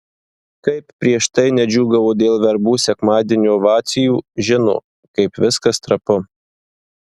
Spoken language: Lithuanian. kaip prieš tai nedžiūgavo dėl verbų sekmadienio ovacijų žino kaip viskas trapu